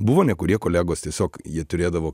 buvo nekurie kolegos tiesiog jie turėdavo